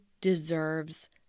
deserves